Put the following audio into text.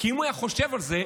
כי אם הוא היה חושב על זה,